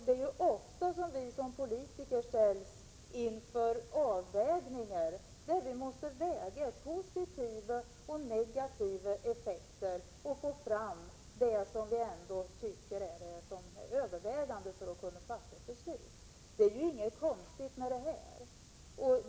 Det är ofta vi som politiker ställs inför avvägningsfrågor, där vi måste väga positiva och negativa effekter för att få fram vad som överväger och kunna fatta ett beslut. Det är ingenting konstigt med det.